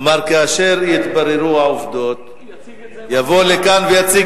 אמר: כאשר יתבררו העובדות, יציג את זה במליאה.